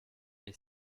est